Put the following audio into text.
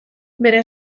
bere